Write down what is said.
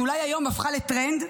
שאולי היום הפכה לטרנד,